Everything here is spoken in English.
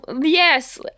Yes